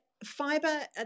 fiber